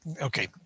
Okay